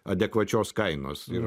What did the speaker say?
adekvačios kainos ir